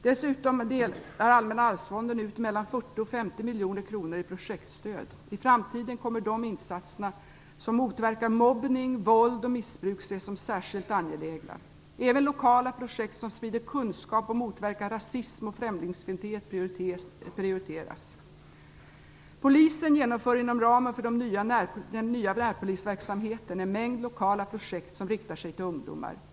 Dessutom delar Allmänna arvsfonden ut mellan 40 och 50 miljoner kronor i projektstöd. I framtiden kommer de insatser som motverkar mobbning, våld och missbruk att ses som särskilt angelägna. Även lokala projekt som sprider kunskap och motverkar rasism och främlingsfientlighet prioriteras. Polisen genomför inom ramen för den nya närpolisverksamheten en mängd lokala projekt som riktar sig till ungdomar.